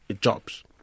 jobs